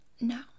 No